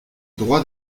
droit